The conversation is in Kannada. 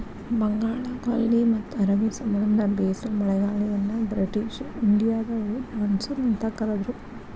ಬಂಗಾಳಕೊಲ್ಲಿ ಮತ್ತ ಅರಬಿ ಸಮುದ್ರದಿಂದ ಬೇಸೋ ಮಳೆಗಾಳಿಯನ್ನ ಬ್ರಿಟಿಷ್ ಇಂಡಿಯಾದವರು ಮಾನ್ಸೂನ್ ಅಂತ ಕರದ್ರು